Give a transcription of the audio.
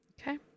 Okay